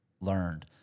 learned